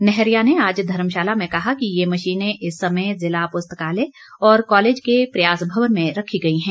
नैहरिया ने आज धर्मशाला में कहा कि ये मशीनें इस समय जिला पुस्तकालय और कॉलेज के प्रयास भवन में रखी गई हैं